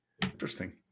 interesting